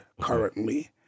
currently